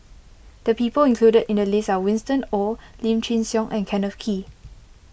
the people included in the list are Winston Oh Lim Chin Siong and Kenneth Kee